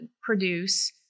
produce